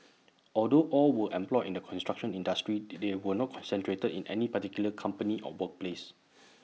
although all were employed in the construction industry they were not concentrated in any particular company or workplace